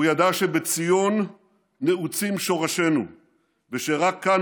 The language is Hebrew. הוא ידע שבציון נעוצים שורשינו ושרק כאן